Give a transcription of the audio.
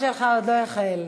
תודה רבה.